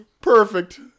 Perfect